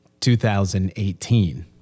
2018